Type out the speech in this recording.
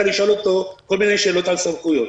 לשאול אותו כל מיני שאלות על סמכויות.